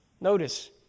Notice